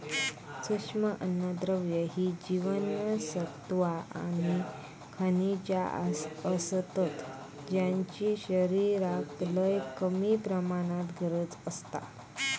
सूक्ष्म अन्नद्रव्य ही जीवनसत्वा आणि खनिजा असतत ज्यांची शरीराक लय कमी प्रमाणात गरज असता